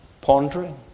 pondering